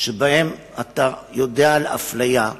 שבהם אתה יודע על אפליה,